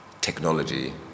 technology